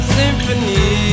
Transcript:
symphony